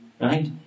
right